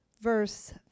verse